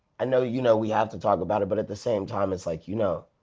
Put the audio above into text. i know you know we have to talk about it, but at the same time it's like you know.